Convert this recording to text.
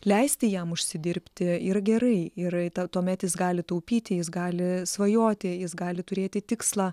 leisti jam užsidirbti yra gerai ir ta tuomet jis gali taupyti jis gali svajoti jis gali turėti tikslą